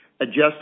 Adjusted